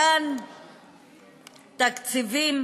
מתן תקציבים